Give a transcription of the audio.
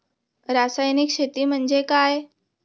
रासायनिक शेती म्हणजे काय?